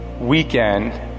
weekend